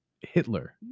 Hitler